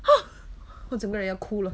ha 我整个人要哭了